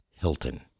Hilton